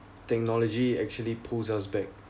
technology actually pulls us back